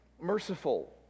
merciful